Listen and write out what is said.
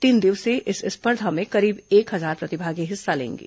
तीन दिवसीय इस स्पर्धा में करीब एक हजार प्रतिभागी हिस्सा लेंगे